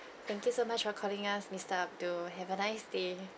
thank you so much for calling us mister abdul have a nice day